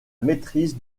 maîtrise